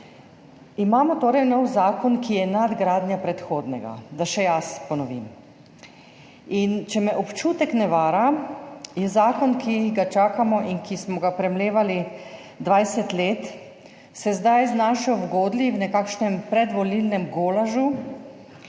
Imamo torej nov zakon, ki je nadgradnja predhodnega, da še jaz ponovim, in če me občutek ne vara je zakon, ki ga čakamo in ki smo ga premlevali 20 let, se zdaj znašel v godlji, v nekakšnem predvolilnem golažu,